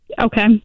Okay